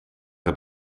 een